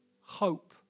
Hope